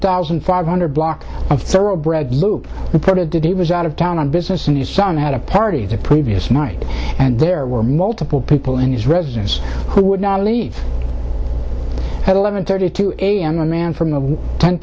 thousand five hundred block of thoroughbred loop part of did he was out of town on business and his son had a party the previous night and there were multiple people in his residence who would not leave at eleven thirty a m when man from the ten